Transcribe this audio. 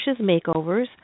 Makeovers